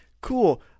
Cool